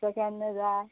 तुका केन्ना जाय